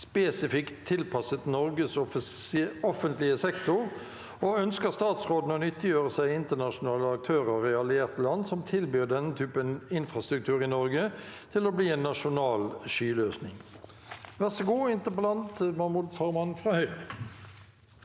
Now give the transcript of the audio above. spesifikt tilpas- set Norges offentlige sektor, og ønsker statsråden å nyttiggjøre seg av internasjonale aktører i allierte land som tilbyr denne typen infrastruktur i Norge, til å bli en nasjonal skyløsning?» Mahmoud Farahmand (H)